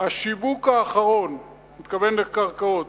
"השיווק האחרון", הוא התכוון לקרקעות,